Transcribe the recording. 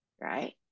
right